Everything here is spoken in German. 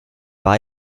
war